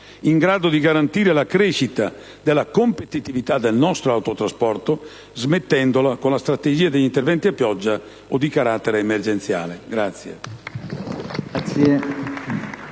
in grado di garantire la crescita della competitività del nostro autotrasporto, smettendola con la strategia degli interventi a pioggia o di carattere emergenziale.